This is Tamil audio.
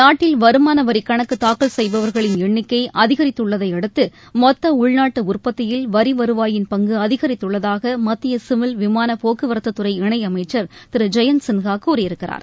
நாட்டில் வருமான வரி கணக்கு தாக்கல் செய்பவர்களின் எண்ணிக்கை அதிகரித்துள்ளதையடுத்து மொத்த உள்நாட்டு உற்பத்தியில் வரி வருவாயின் பங்கு அதிகரித்துள்ளதாக மத்திய சிவில் விமான போக்குவரத்துத்துறை இணையமைச்சர் திரு ஜெயந்த் சின்ஹா கூறியிருக்கிறார்